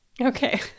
okay